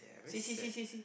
see see see see see